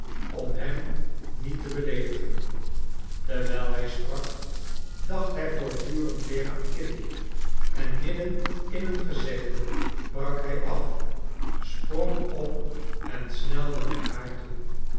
om hem niet te beleedigen terwijl hij sprak dacht hij voortdurend weer aan kitty en midden in een gezegde brak hij af sprong op en snelde naar haar toe